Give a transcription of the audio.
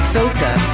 Filter